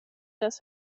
des